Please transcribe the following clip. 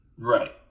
Right